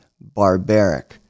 barbaric